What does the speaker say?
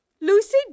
Lucy